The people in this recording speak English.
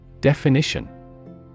Definition